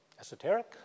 esoteric